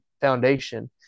foundation